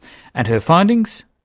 and her findings?